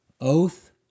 Oath